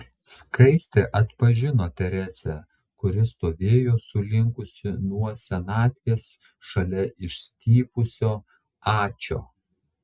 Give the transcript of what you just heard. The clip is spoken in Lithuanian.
skaistė atpažino teresę kuri stovėjo sulinkusi nuo senatvės šalia išstypusio ačio